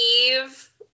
Eve